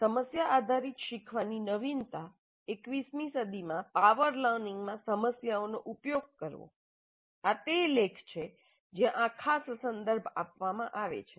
"સમસ્યા આધારિત શીખવાની નવીનતા 21 મી સદીમાં પાવર લર્નિંગમાં સમસ્યાઓનો ઉપયોગ કરવો" તે આ લેખ છે જ્યાં આ ખાસ સંદર્ભ આપવામાં આવે છે